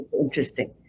interesting